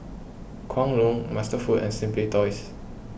Kwan Loong MasterFoods and Simply Toys